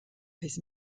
his